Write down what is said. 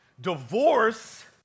Divorce